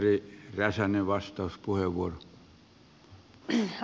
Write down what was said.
arvoisa herra puhemies